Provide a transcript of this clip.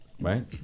Right